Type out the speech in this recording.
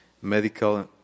medical